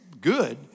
good